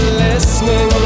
listening